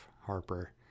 Harper